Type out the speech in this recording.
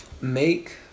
Make